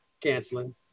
canceling